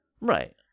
Right